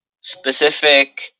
specific